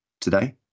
today